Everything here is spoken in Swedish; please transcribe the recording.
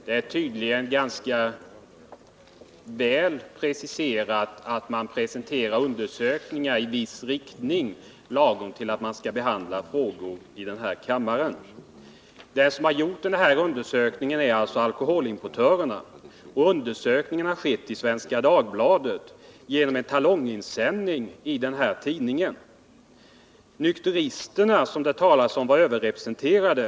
Det är tydligen ganska väl avvägt att man kan presentera undersökningar i viss riktning lagom tills man skall behandla frågor i denna kammare, De som har gjort denna undersökning är alltså alkoholimportörerna, och undersökningen har skett i Svenska Dagbladet, genom talonger som läsarna fått fylla i och sända in. Nykteristerna, som det talas om, skulle vara överrepresenterade.